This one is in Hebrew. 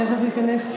תכף ייכנס.